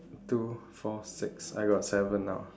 two four six I got seven now